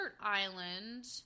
island